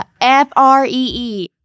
F-R-E-E